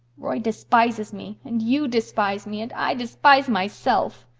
roy despises me and you despise me and i despise myself.